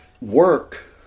work